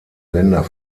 länder